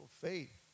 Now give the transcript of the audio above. faith